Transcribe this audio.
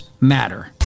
matter